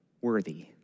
worthy